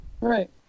Right